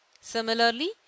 Similarly